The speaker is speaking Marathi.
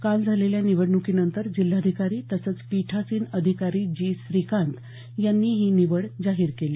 काल झालेल्या निवडणुकीनंतर जिल्हाधिकारी तसंच पीठासीन अधिकारी जी श्रीकांत यांनी ही निवड जाहीर केली